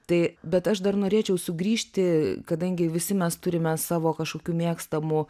tai bet aš dar norėčiau sugrįžti kadangi visi mes turime savo kažkokių mėgstamų